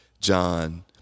John